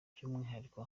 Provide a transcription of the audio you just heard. by’umwihariko